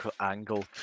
Angle